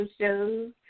shows